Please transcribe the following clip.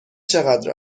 چقدر